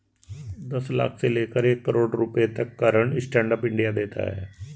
दस लाख से लेकर एक करोङ रुपए तक का ऋण स्टैंड अप इंडिया देता है